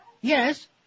Yes